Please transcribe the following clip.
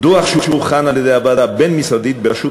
דוח שהוכן על-ידי הוועדה הבין-משרדית בראשות